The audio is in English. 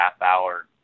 half-hour